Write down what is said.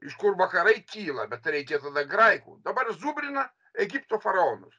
iš kur vakarai kyla bet reikia graikų dabar zūbrina egipto faraonus